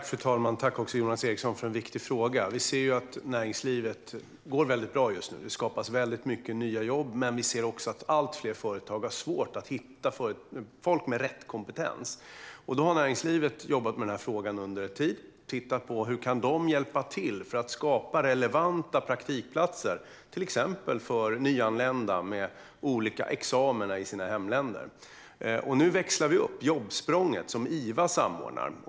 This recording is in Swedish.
Fru talman! Tack för en viktig fråga, Jonas Eriksson! Vi ser att näringslivet går väldigt bra just nu. Det skapas många nya jobb, men vi ser också att allt fler företag har svårt att hitta folk med rätt kompetens. Därför har näringslivet jobbat med den här frågan under en tid. Man har tittat på hur man kan hjälpa till för att skapa relevanta praktikplatser, till exempel för nyanlända med olika examina från sina hemländer. Nu växlar vi upp Jobbsprånget, som IVA samordnar.